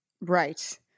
Right